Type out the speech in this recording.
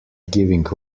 giving